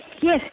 Yes